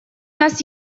нас